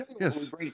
Yes